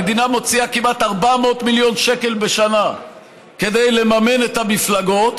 המדינה מוציאה כמעט 400 מיליון שקלים בשנה כדי לממן את המפלגות,